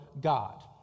God